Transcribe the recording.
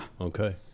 Okay